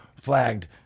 flagged